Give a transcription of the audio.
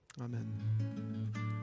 Amen